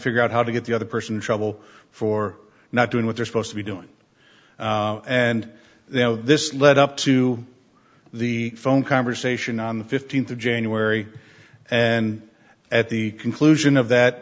figure out how to get the other person trouble for not doing what they're supposed to be doing and they have this lead up to the phone conversation on the fifteenth of january and at the conclusion of that